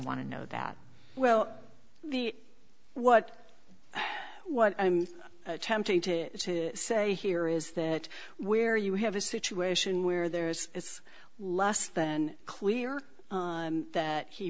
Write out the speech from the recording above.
want to know that well the what what i'm attempting to say here is that where you have a situation where there is less than clear that he